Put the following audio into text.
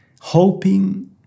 hoping